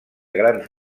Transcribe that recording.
grans